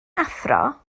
athro